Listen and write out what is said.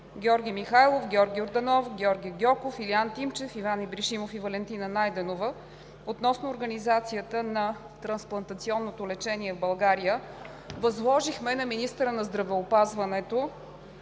Георги Михайлов, Георги Йорданов, Георги Гьоков, Илиян Тимчев, Иван Ибришимов и Валентина Найденова относно организацията на трансплантационното лечение в България възложихме на министъра на здравеопазването